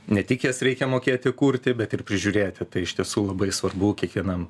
ne tik jas reikia mokėti kurti bet ir prižiūrėti tai iš tiesų labai svarbu kiekvienam